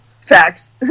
Facts